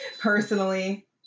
Personally